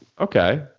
Okay